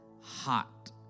hot